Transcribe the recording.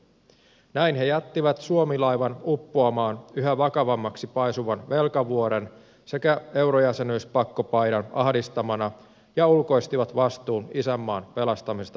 näin he jättivät suomi laivan uppoamaan yhä vakavammaksi paisuvan velkavuoren sekä eurojäsenyyspakkopaidan ahdistamana ja ulkoistivat vastuun isänmaan pelastamisesta muille